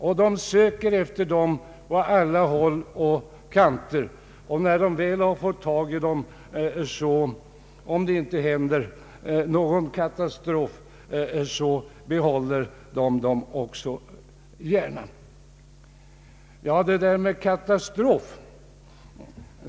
Man söker efter dem på alla håll och kanter, och när man väl har fått tag i dem — och det inte händer någon katastrof — behåller man dem också gärna.